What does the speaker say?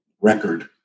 record